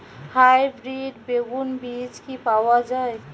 Hybrid বেগুন বীজ কি পাওয়া য়ায়?